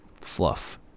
fluff